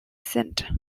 sind